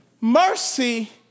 Mercy